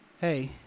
hey